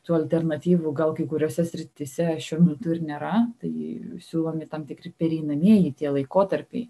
tų alternatyvų gal kai kuriose srityse šiuo metu ir nėra tai siūlomi tam tikri pereinamieji tie laikotarpiai